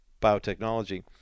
Biotechnology